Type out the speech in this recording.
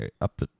up